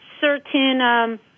certain